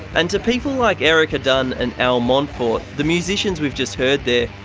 and to people like erica dunn and al montfort, the musicians we've just heard there,